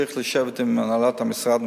צריך לשבת עם הנהלת המשרד,